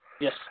Yes